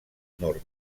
nord